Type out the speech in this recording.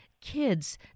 kids